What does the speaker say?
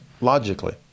logically